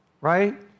right